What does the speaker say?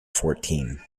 fourteen